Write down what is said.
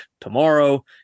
tomorrow